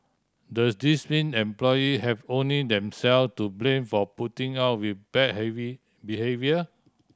does this mean employee have only them self to blame for putting up with bad behaviour